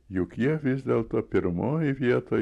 juk jie vis dėlto pirmoj vietoj